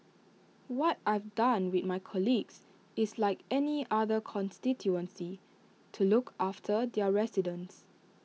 what I've done with my colleagues is like any other constituency to look after their residents